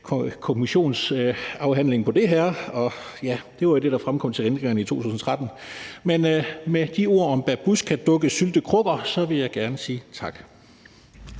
kommissionsafhandling på det her. Det var det, der førte til ændringerne i 2013. Men med de ord om babusjkadukkesyltekrukker vil jeg gerne sige tak.